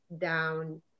down